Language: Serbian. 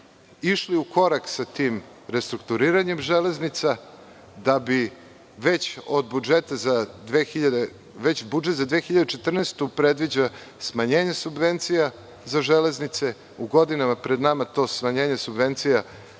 išli u korak sa tim restrukturiranjem železnica, već budžet za 2014. godinu predviđa smanjenje subvencija za železnice, u godinama pred nama to smanjenje subvencija,